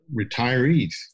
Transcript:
retirees